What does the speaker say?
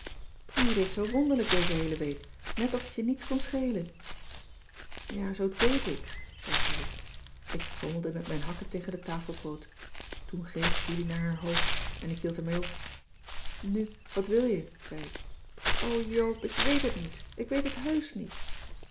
maar je deedt zoo wonderlijk deze heele week net of het je niets kon schelen ja zoo deèd ik zei julie ik trommelde met mijn hakken tegen den tafelpoot toen greep julie naar haar hoofd en ik hield er mee op nu wat wil je zei ik o joop ik weet het niet ik weet het heusch niet